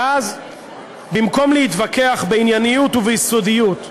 ואז במקום להתווכח בענייניות וביסודיות,